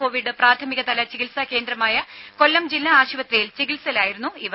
Covid പ്രാഥമികതല ചികിത്സാകേന്ദ്രമായ ജില്ലാ ആശുപത്രിയിൽ കൊല്ലം ചികിത്സയിലായിരുന്നു ഇവർ